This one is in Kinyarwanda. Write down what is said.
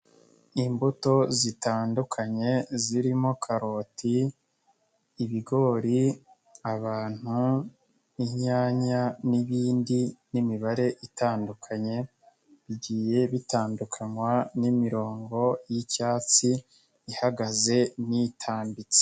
Imbuto zitandukanye zirimo karoti, ibigori, abantu, inyanya n'ibindi n'imibare itandukanye, bigiye bitandukanywa n'imirongo y'icyatsi ihagaze n'itambitse.